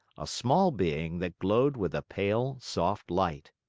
a small being that glowed with a pale, soft light.